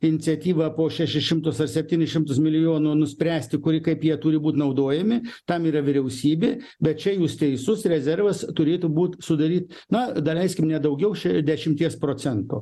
iniciatyva po šešis šimtus ar septynis šimtus milijonų nuspręsti kuri kaip jie turi būti naudojami tam yra vyriausybė bet čia jūs teisus rezervas turėtų būt sudaryt na daleiskim ne daugiau šešiasdešimties procento